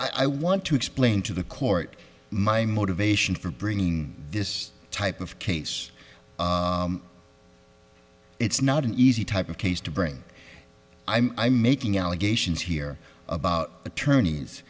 i want to explain to the court my motivation for bringing this type of case it's not an easy type of case to bring i'm making allegations here about attorneys